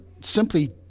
simply